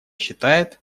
считает